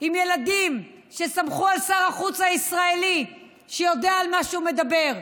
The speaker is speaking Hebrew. עם ילדים סמכו על שר החוץ הישראלי שיודע על מה שהוא מדבר,